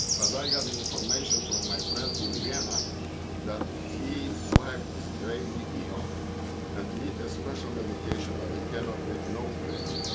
but i got information from my friends in vienna that his wife is gravelly ill and need special medication what he cannot get no place.